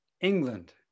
England